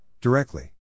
Directly